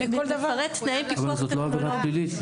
אבל זאת לא עבירה פלילית.